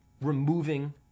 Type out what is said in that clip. removing